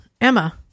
Emma